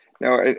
Now